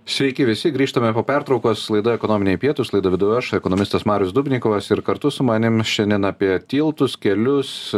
sveiki visi grįžtame po pertraukos laida ekonominiai pietūs laidą vedu aš ekonomistas marius dubnikovas ir kartu su manim šiandien apie tiltus kelius